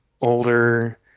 older